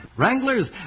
Wranglers